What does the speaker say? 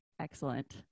Excellent